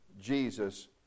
Jesus